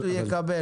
הוא יקבל.